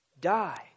die